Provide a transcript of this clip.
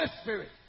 Spirit